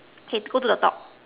okay go to the top